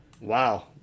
Wow